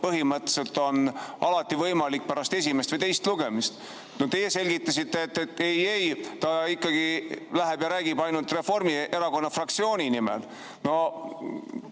põhimõtteliselt on alati võimalik pärast esimest või teist lugemist. Teie selgitasite, et ei-ei, ta ikkagi läheb ja räägib ainult Reformierakonna fraktsiooni nimel. No